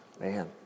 Man